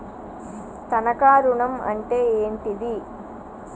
తనఖా ఋణం అంటే ఏంటిది?